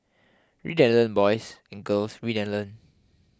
read and learn boys and girls read and learn